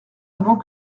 avant